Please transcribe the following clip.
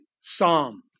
psalm